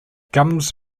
gums